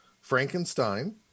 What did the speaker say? Frankenstein